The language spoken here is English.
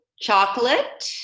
chocolate